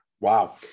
Wow